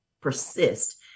persist